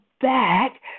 back